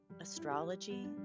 astrology